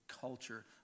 culture